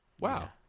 Wow